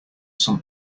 some